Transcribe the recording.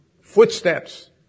footsteps